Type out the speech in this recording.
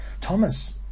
Thomas